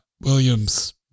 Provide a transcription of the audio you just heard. Williams